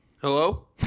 Hello